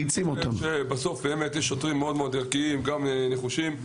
יש שוטרים מאוד ערכיים ונחושים.